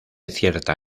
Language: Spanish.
cierta